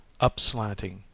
upslanting